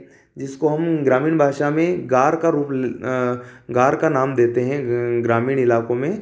जिसको हम ग्रामीण भाषा में गार का रूप गार का नाम देते हैं ग्रामीण इलाकों में